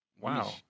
Wow